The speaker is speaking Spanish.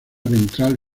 ventral